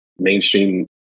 mainstream